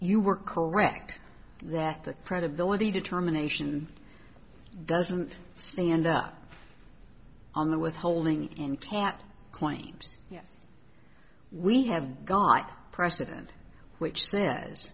you were correct that the credibility determination doesn't stand up on the withholding in cat claims yes we have got precedent which says